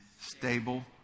stable